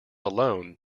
alone